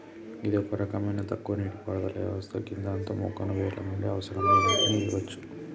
గిది ఒక రకమైన తక్కువ నీటిపారుదల వ్యవస్థ గిదాంతో మొక్కకు వేర్ల నుండి అవసరమయ్యే నీటిని ఇయ్యవచ్చు